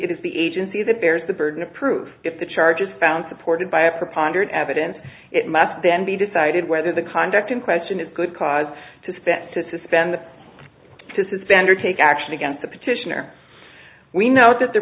is the agency that bears the burden of proof if the charge is found supported by a preponderance of evidence it must then be decided whether the conduct in question is good cause to spend to suspend to suspend or take action against the petitioner we note that the